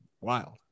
Wild